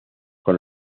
con